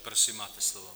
Prosím, máte slovo.